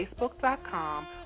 facebook.com